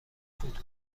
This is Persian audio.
فوت